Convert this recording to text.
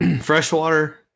Freshwater